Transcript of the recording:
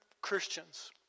Christians